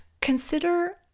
consider